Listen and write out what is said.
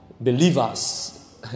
believers